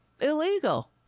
illegal